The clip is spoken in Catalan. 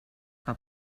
que